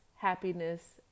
happiness